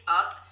up